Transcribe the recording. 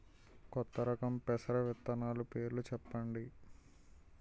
కొత్త రకం పెసర విత్తనాలు పేర్లు చెప్పండి?